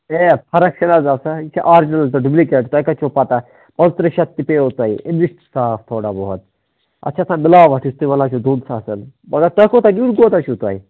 A فرق چھِنہٕ حظ آسان یہِ چھُ آرجِنَل تہٕ ڈُپلِکیٹ تۄہہِ کَتہِ چھَو پَتاہ پانٛژٕ تٕرٛہ شَتھ تہِ پیٚیو تۄہہِ اَمہِ نِش چھُ صاف تھوڑا بہت اَتھ چھِ آسان مِلاوَٹ یُس تُہۍ وَنان چھُو دۄن ساسَن مگر تۄہہِ کوتاہ نِیُن کوتاہ چھُو تۄہہِ